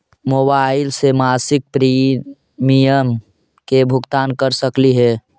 Mobile से मासिक premium के भुगतान कर सकली हे?